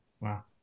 wow